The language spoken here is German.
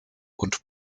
und